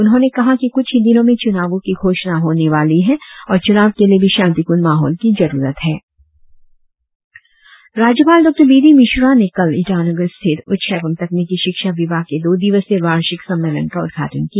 उन्होंने कहा कि कुछ ही दिनों में चुनावो की घोषणा होने वाली है और चुनाव के लिए भी शांतीपूर्ण माहौल की जरुरत है राज्यपाल डॉ बी डी मिश्रा ने कल ईटानगर स्थित उच्च एवं तकनिकी शिक्षा विभाग के दो दिवसीय वार्षिक सम्मेलन का उद्घाटन किया